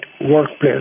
workplace